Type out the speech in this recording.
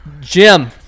Jim